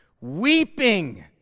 weeping